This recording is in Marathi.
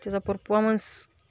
त्याचा परफॉर्मन्स